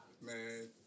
Man